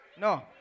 No